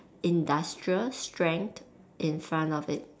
industrial strength in front of it